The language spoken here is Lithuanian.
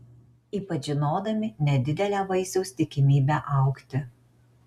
ypač žinodami nedidelę vaisiaus tikimybę augti